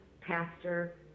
pastor